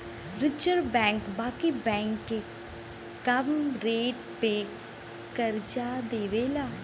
reserve bank बाकी bank के कम रेट पे करजा देवेला